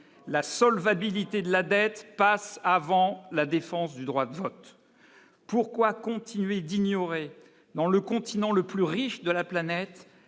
la solvabilité de la dette passe avant la défense du droit de vote, pourquoi continuer d'ignorer dans le continent le plus riche de la planète,